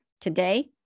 Today